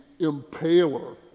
impaler